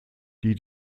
die